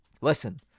listen